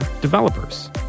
developers